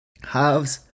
Halves